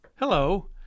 Hello